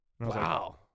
wow